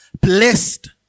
Blessed